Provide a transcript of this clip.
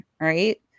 Right